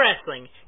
wrestling